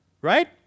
Right